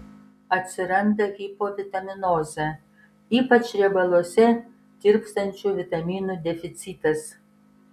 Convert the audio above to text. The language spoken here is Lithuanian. atsiranda hipovitaminozė ypač riebaluose tirpstančių vitaminų deficitas